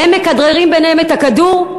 והם מכדררים ביניהם את הכדור.